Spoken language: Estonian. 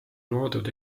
loodud